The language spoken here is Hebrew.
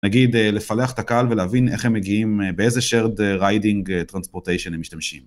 נגיד, לפלח את הקהל ולהבין איך הם מגיעים, באיזה שרד ריידינג טרנספורטיישן הם משתמשים.